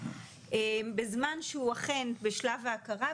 בזמן שהוא אכן בשלב ההכרה,